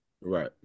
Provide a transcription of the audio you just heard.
Right